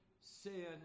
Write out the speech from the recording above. sin